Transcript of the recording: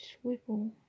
swivel